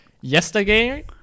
yesterday